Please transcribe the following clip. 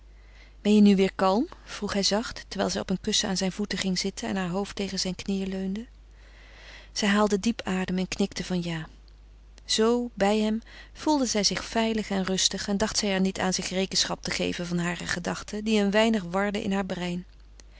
ben je nu weêr kalm vroeg hij zacht terwijl zij op een kussen aan zijn voeten ging zitten en haar hoofd tegen zijn knieën leunde zij haalde diep adem en knikte van ja zoo bij hem voelde zij zich veilig en rustig en dacht zij er niet aan zich rekenschap te geven van hare gedachten die een weinig warden in haar brein